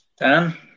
Dan